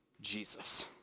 Jesus